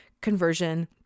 conversion